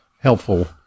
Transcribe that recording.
helpful